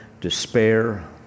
despair